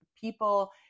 people